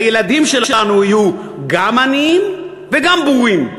הילדים שלנו יהיו גם עניים וגם בורים,